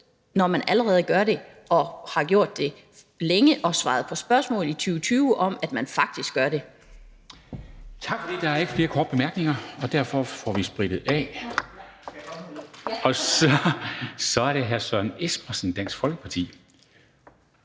når de allerede gør det og har gjort det længe, og som har svaret, at man faktisk gør det,